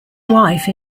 wife